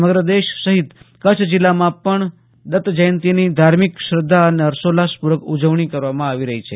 સમગ્ર દેશ સહિત કચ્છ જિલ્લામાં પણ દન્ત જયંતીની ધાર્મિક શ્રધ્ધા અને ફર્ષોલ્લાસ પુર્વક ઉજવણી કરવામાં આવી રહી છે